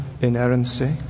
inerrancy